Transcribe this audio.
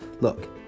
Look